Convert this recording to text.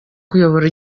kuyobora